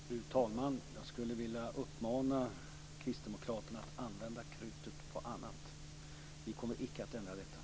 Fru talman! Jag vill uppmana kristdemokraterna att använda krutet på annat. Vi kommer icke att ändra detta.